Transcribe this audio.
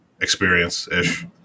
experience-ish